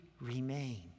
remain